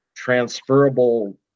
transferable